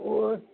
उहो